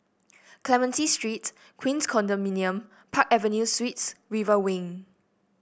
Clementi Street Queens Condominium Park Avenue Suites River Wing